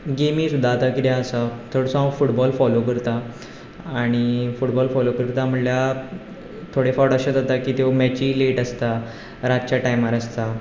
गेमी सुद्दां आता कितें आसा चडसो हांव फुटबॉल फोलो करता आनी फुटबॉल फोलो करतां म्हणल्यार थोडें फावट अशें जाता की त्यो मॅची लेट आसता रातच्या टायमार आसता